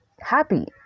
happy